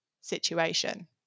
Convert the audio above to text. situation